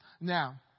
Now